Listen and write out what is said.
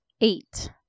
eight